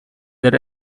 their